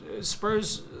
Spurs